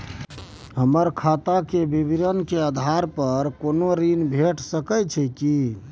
हमर खाता के विवरण के आधार प कोनो ऋण भेट सकै छै की?